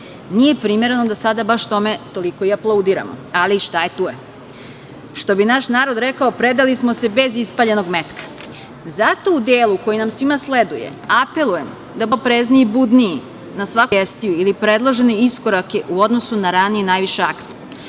Nije primereno da sada baš tome toliko i aplaudiramo, ali šta je, tu je. Što bi naš narod rekao, predali smo se bez ispaljenog metka. Zato u delu koji nam svima sleduje apelujem da budemo što oprezniji i budniji na svaku sugestiju ili predložene iskorake u odnosu na ranije najviše akte.